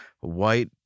white